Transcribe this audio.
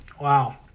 Wow